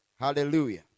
Hallelujah